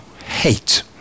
hate